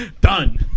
done